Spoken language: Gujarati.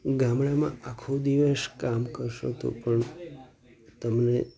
ગામડામાં આખો દિવસ કામ કરશો તો પણ તમને